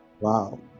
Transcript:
Wow